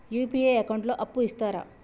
UPI account లో అప్పు ఇస్తరా?